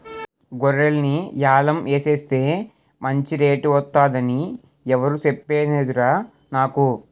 గొర్రెల్ని యాలం ఎసేస్తే మంచి రేటు వొత్తదని ఎవురూ సెప్పనేదురా నాకు